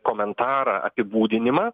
komentarą apibūdinimą